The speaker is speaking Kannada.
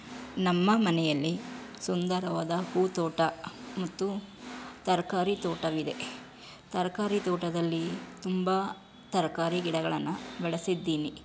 ನಮ್ಮ ಮನೆಯಲ್ಲಿ ಸುಂದರವಾದ ಹೂದೋಟ ಮತ್ತು ತರಕಾರಿ ತೋಟವಿದೆ ತರಕಾರಿ ತೋಟದಲ್ಲಿ ತುಂಬ ತರಕಾರಿ ಗಿಡಗಳನ್ನ ಬೆಳೆಸಿದ್ದೀನಿ